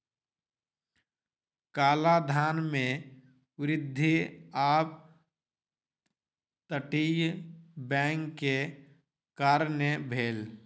काला धन में वृद्धि अप तटीय बैंक के कारणें भेल